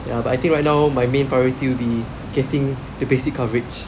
ya but I think right now my main priority will be getting the basic coverage